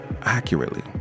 accurately